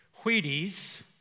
Wheaties